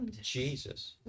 Jesus